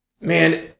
man